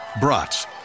brats